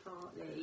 partly